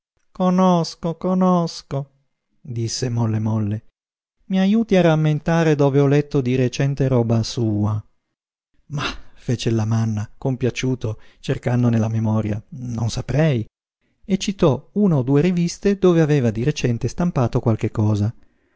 conosco disse molle molle i ajuti a rammentare dove ho letto di recente roba sua mah fece il lamanna compiaciuto cercando nella memoria non saprei e citò una o due riviste dove aveva di recente stampato qualche cosa